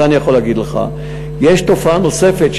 יש תופעה נוספת,